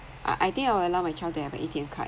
uh I think I will allow my child to have A_T_M card